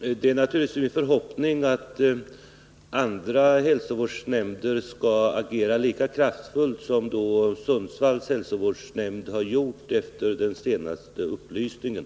Herr talman! Det är naturligtvis min förhoppning att andra hälsovårdsnämnder skall agera lika kraftfullt som Sundsvalls hälsovårdsnämnd har gjort efter den senaste upplysningen.